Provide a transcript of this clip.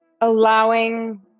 allowing